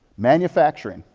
manufacturing,